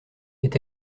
est